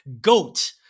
GOAT